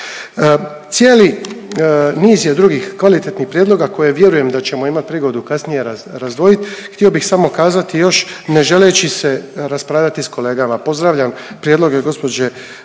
Cijeli niz je drugih kvalitetnih prijedloga koje vjerujem da ćemo imat prigodu kasnije, razdvojit. Htio bih samo kazati još, ne želeći se raspravljati s kolegama. Pozdravljam prijedloge gospođe